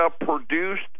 produced